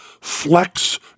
Flex